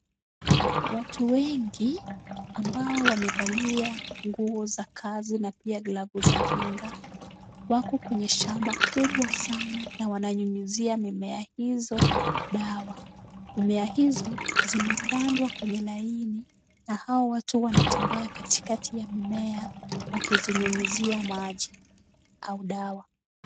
Watu wengi ambao wamevalia nguo za kazi na glavu za kinga, wako kwenye shamba kubwa sana na wananyunyizia mimea hizo dawa. Mimea hizo zimepangwa kwenye laini na hawa watu wanatembea katikati ya mimea wakizinyunyizia maji au dawa.